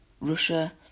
Russia